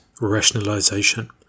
rationalization